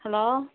hello